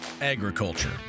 agriculture